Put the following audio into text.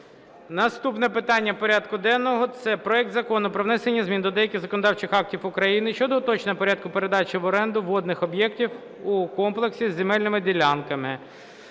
Наступне питання порядку денного – це проект Закону про внесення змін до деяких законодавчих актів України щодо уточнення порядку передачі в оренду водних об'єктів у комплексі з земельними ділянками